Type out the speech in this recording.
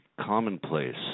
commonplace